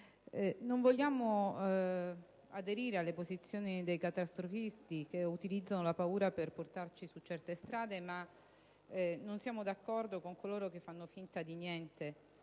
non vogliamo aderire alle posizioni dei catastrofisti che utilizzano la paura per portarci su certe strade, ma non siamo d'accordo con coloro che fanno finta di niente;